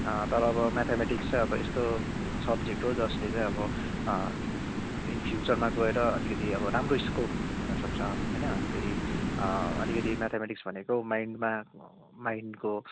तर अब म्याथम्याटिक्स चाहिँ अब यस्तो सब्जेक्ट हो जसले चाहिँ अब इन् फ्युचरमा गएर अलिकति अब राम्रो स्कोप हुनसक्छ होइन फेरि अलिकति म्याथम्याटिक्स भनेको माइन्डमा माइन्डको